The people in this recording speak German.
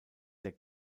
der